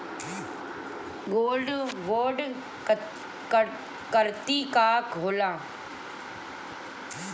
Gold bond करतिं का होला?